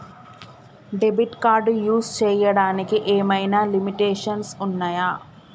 Debit card use చేయడానికి ఏమైనా limitations ఉన్నాయా?